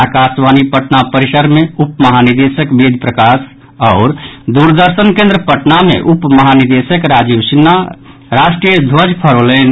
आकाशवाणी पटना परिसर मे उप महानिदेशक वेद प्रकाश आओर दूरदर्शन केन्द्र पटना मे उप महानिदेशक राजीव सिन्हा राष्ट्रीय ध्वज फहरौलनि